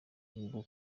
bwo